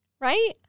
Right